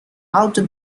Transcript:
outer